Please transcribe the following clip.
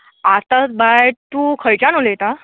आतां बाय तूं खंयच्यान उलयता